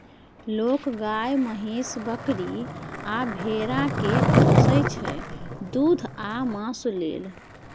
लोक गाए, महीष, बकरी आ भेड़ा केँ पोसय छै दुध आ मासु लेल